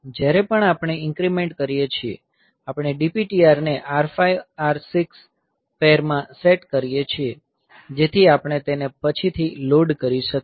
જ્યારે પણ આપણે ઇન્ક્રીમેંટ કરીએ છીએ આપણે DPTR ને R5 R6 પૈર માં સેટ કરીએ છીએ જેથી આપણે તેને પછીથી લોડ કરી શકીએ